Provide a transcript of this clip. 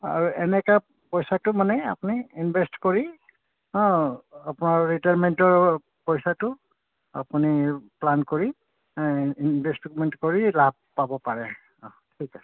আৰু এনেকৈ পইচাটো মানে আপুনি ইনভেষ্ট কৰি আপোনাৰ ৰিটায়াৰমেণ্টৰ পইচাটো আপুনি প্লান কৰি ইনভেষ্টমেণ্ট কৰি লাভ পাব পাৰে অঁ ঠিক আছে